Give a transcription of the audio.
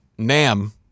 Nam